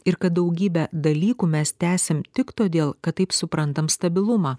ir kad daugybę dalykų mes tęsiam tik todėl kad taip suprantam stabilumą